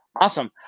awesome